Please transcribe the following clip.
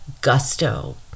gusto